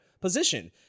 position